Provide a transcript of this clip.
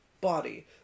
body